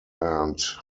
earned